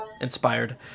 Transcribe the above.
inspired